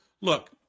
Look